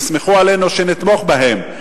תסמכו עלינו שנתמוך בהן,